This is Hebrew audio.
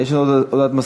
אין עוד הודעה.